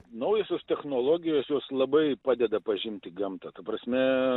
naujosios technologijos jos labai padeda pažinti gamtą ta prasme